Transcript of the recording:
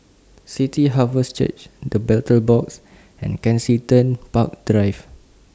City Harvest Church The Battle Box and Kensington Park Drive